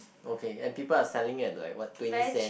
okay and people are selling at like what twenty cent